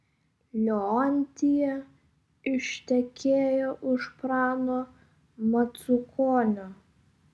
leontija ištekėjo už prano macukonio